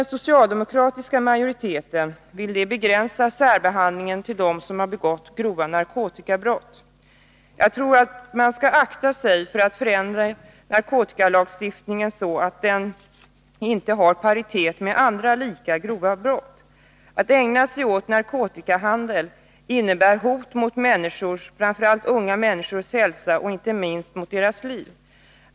Socialdemokraterna vill begränsa särbehandlingen till dem som begått grova narkotikabrott. Jag tror att man skall akta sig för att förändra narkotikalagstiftningen så att narkotikabrotten inte kommer att ligga i paritet med andra lika grova brott. Att ägna sig åt narkotikahandel innebär ett hot mot människors — framför allt unga människors — hälsa, mot människors liv.